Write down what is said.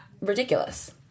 ridiculous